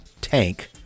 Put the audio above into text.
tank